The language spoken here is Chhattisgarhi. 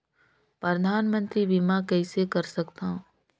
परधानमंतरी बीमा कइसे कर सकथव?